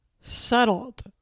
settled